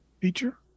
feature